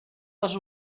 les